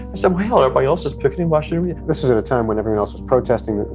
somehow, everybody else was picketing. why shouldn't we? this was at a time when everyone else was protesting.